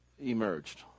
emerged